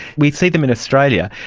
we see them in australia.